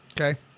Okay